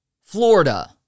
Florida